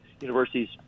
universities